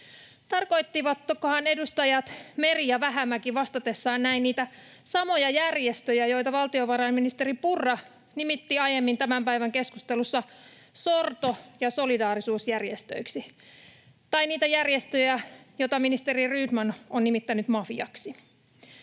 Tarkoittivatkohan edustajat Meri ja Vähämäki vastatessaan näin niitä samoja järjestöjä, joita valtiovarainministeri Purra nimitti aiemmin tämän päivän keskustelussa sorto- ja solidaarisuusjärjestöiksi, tai niitä järjestöjä, joita ministeri Rydman on nimittänyt mafiaksi?